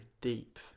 deep